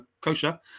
kosher